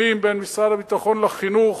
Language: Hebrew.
סיכומים בין משרד הביטחון לחינוך,